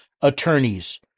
attorneys